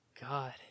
God